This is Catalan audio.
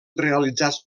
realitzats